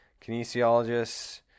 kinesiologists